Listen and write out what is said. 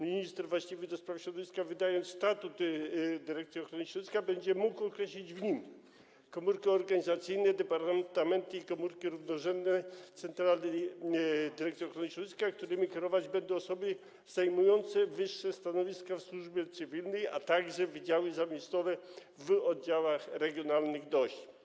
Minister właściwy do spraw środowiska, wydając statut Dyrekcji Ochrony Środowiska, będzie mógł określić w nim komórki organizacyjne, departamenty i komórki równorzędne centrali Dyrekcji Ochrony Środowiska, którymi kierować będą osoby zajmujące wyższe stanowiska w służbie cywilnej, a także wydziały zamiejscowe w oddziałach regionalnych DOŚ.